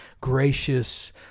gracious